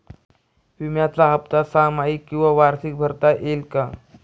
विम्याचा हफ्ता सहामाही किंवा वार्षिक भरता येईल का?